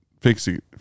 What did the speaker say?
fixing